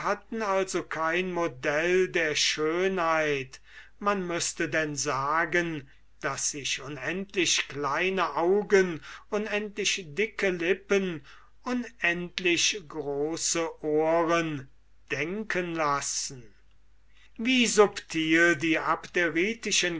also kein modell der schönheit man müßte denn sagen daß sich unendlich kleine augen unendlich dicke lippen unendlich große ohren denken lassen wie subtil die